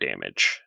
damage